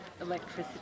electricity